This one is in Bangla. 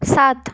সাত